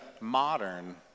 modern